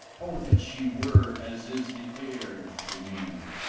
o, that she were, as is the air, to me!